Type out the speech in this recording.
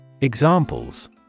Examples